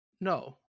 No